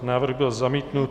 Návrh byl zamítnut.